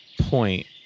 point